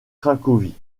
cracovie